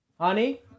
honey